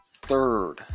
Third